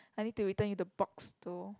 I need to return you the box though